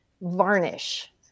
varnish